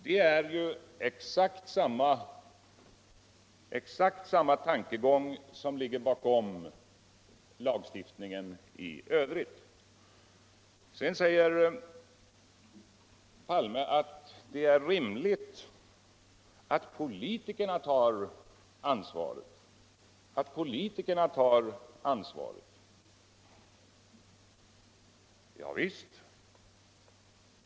Det är ju oxakt samma tunkegång som ligger bakom lagstiftningen i övrigt. Sedan säger herr Palme att det är rimligt att politikerna tar ansvaret. Ja visst.